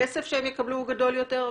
הכסף שהם יקבלו גדול יותר,